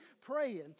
praying